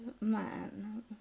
man